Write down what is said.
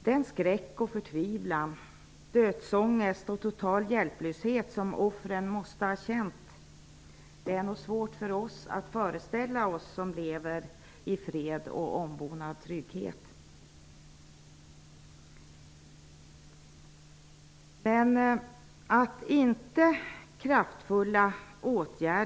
Den skräck, förtvivlan, dödsångest och totala hjälplöshet som offren måste ha känt har vi som lever i fred och ombonad trygghet svårt att föreställa oss.